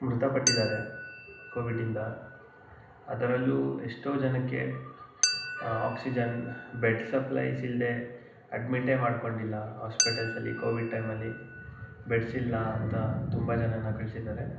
ಮೃತಪಟ್ಟಿದ್ದಾರೆ ಕೋವಿಡಿಂದ ಅದರಲ್ಲೂ ಎಷ್ಟೋ ಜನಕ್ಕೆ ಆಕ್ಸಿಜನ್ ಬೆಡ್ ಸಪ್ಲೈಸಿಲ್ಲದೇ ಅಡ್ಮಿಟೇ ಮಾಡಿಕೊಂಡಿಲ್ಲ ಆಸ್ಪೆಟಲ್ಸಲ್ಲಿ ಕೋವಿಡ್ ಟೈಮಲ್ಲಿ ಬೆಡ್ಸ್ ಇಲ್ಲ ಅಂತ ತುಂಬ ಜನಾನ ಕಳಿಸಿದ್ದಾರೆ